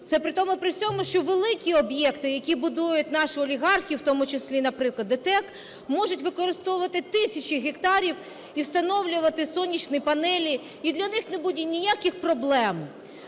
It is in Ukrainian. при всьому, що великі об'єкти, які будують наші олігархи, в тому числі, наприклад ДТЕК, можуть використовувати тисячі гектарів і встановлювати сонячні панелі, і для них не буде ніяких проблем.